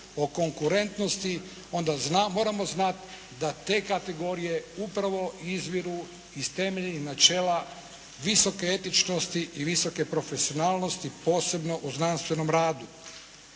o konkurentnosti, onda moramo znati da te kategorije upravo izviru iz temeljnih načela visoke etičnosti i visoke profesionalnosti posebno u znanstvenom radu.